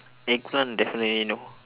eggplant definitely no